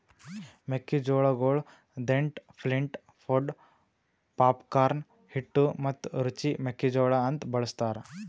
ಮೆಕ್ಕಿ ಜೋಳಗೊಳ್ dent, flint, pod, popcorn, ಹಿಟ್ಟು ಮತ್ತ ರುಚಿ ಮೆಕ್ಕಿ ಜೋಳ ಅಂತ್ ಬಳ್ಸತಾರ್